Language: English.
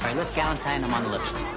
les galantine i'm on the list.